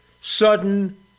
sudden